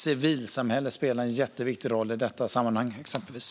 Civilsamhället spelar en jätteviktig roll i detta sammanhang, exempelvis.